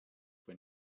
when